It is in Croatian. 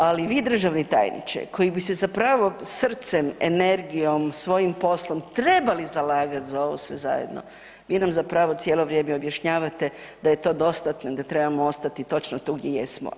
Ali vi državni tajniče koji bi se zapravo srcem, energijom, svojim poslom trebali zalagati za ovo sve zajedno, mi nam cijelo vrijeme objašnjavate da je to dostatno i da trebamo ostati točno tu gdje jesmo.